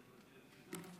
כן.